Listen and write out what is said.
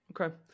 Okay